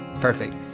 Perfect